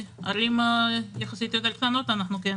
בערים קטנות יותר אנחנו כן נותנים תמריצים.